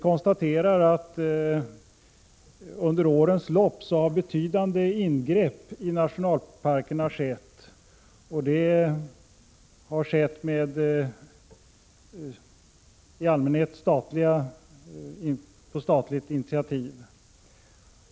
Under årens lopp har betydande ingrepp skett i nationalparkerna, och de har i allmänhet skett på statligt initiativ.